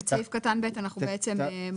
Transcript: את סעיף קטן (ב) אנחנו בעצם מורידים.